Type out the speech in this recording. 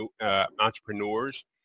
entrepreneurs